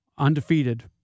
Undefeated